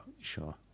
sure